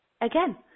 again